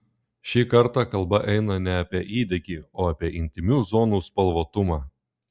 šį kartą kalba eina ne apie įdegį o apie intymių zonų spalvotumą